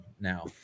now